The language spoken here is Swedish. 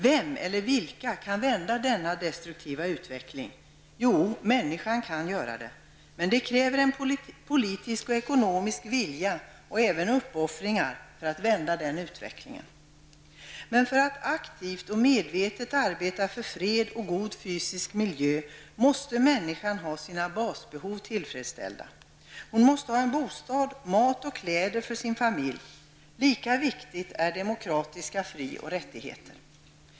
Vem eller vilka kan vända denna destruktiva utveckling? Jo, människan kan göra det. Men det kräver en politisk och ekonomisk vilja samt även uppoffringar för att klara det. För att aktivt och medvetet kunna arbeta för fred och god fysisk miljö måste människan få sina basbehov tillgodosedda. Hon måste ha en bostad samt mat och kläder för sig och sin familj. Lika viktigt är demokratiska fri och rättigheter.